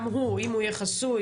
גם הוא, אם הוא יהיה חסוי,